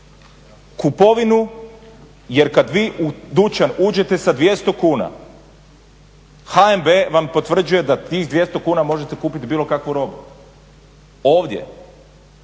kupovinu jer kad vi u dućan uđete sa 200 kuna, HNB vam potvrđuje da s tih 200 kuna možete kupiti bilo kakvu robu. Ovdje